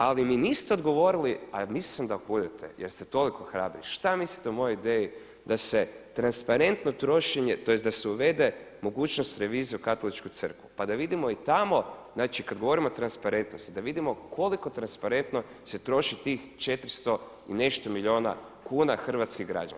Ali mi niste odgovorili, a mislio sam da budete jer ste toliko hrabri, što mislite o mojoj ideji da se transparentno trošenje tj. da se uvede mogućnost revizije u katoličku crkvu pa da vidimo i tamo znači kad govorimo o transparentnosti da vidimo koliko transparentno se troši tih 400 i nešto milijuna kuna hrvatskih građana.